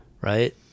right